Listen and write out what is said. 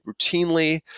routinely